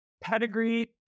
Pedigree